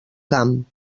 camp